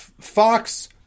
fox